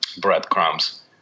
breadcrumbs